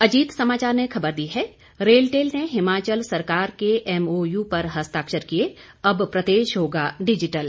अजीत समाचार ने खबर दी है रेलटेल ने हिमाचल सरकार के एमओयू पर हस्ताक्षर किए अब प्रदेश होगा डिजिटल